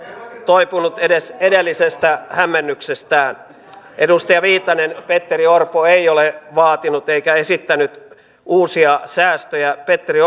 toipunut edes edellisestä hämmennyksestään edustaja viitanen petteri orpo ei ole vaatinut eikä esittänyt uusia säästöjä petteri